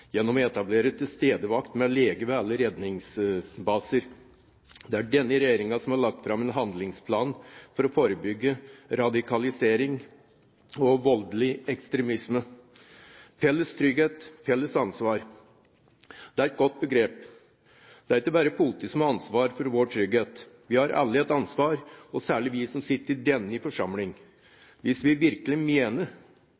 gjennom å etablere tilstedevakt med lege ved alle redningsbaser. Det er denne regjeringen som har lagt fram en handlingsplan for å forebygge radikalisering og voldelig ekstremisme. «Felles trygghet – felles ansvar» er et godt begrep. Det er ikke bare politiet som har ansvar for vår trygghet. Vi har alle et ansvar, og særlig vi som sitter i denne